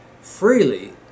freely